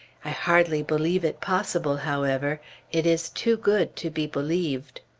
i hardly believe it possible, however it is too good to be believed.